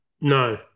No